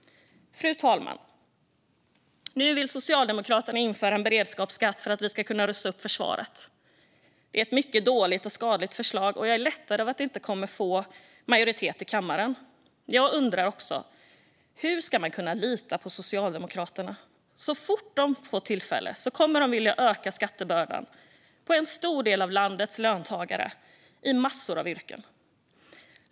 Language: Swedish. Fru talman! Nu vill Socialdemokraterna införa en beredskapsskatt för att vi ska kunna rusta upp försvaret. Det är ett mycket dåligt och skadligt förslag, och jag är lättad över att det inte kommer att få majoritet i kammaren. Jag undrar också hur man ska kunna lita på Socialdemokraterna. Så fort de får tillfälle kommer de att vilja öka skattebördan för en stor del av landets löntagare i massor av yrken.